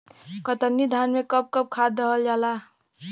कतरनी धान में कब कब खाद दहल जाई?